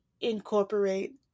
incorporate